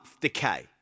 decay